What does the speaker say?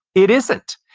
it isn't.